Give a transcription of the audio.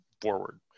forward